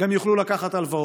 גם יוכלו לקחת הלוואות.